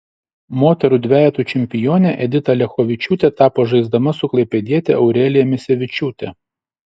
moterų dvejeto čempione edita liachovičiūtė tapo žaisdama su klaipėdiete aurelija misevičiūte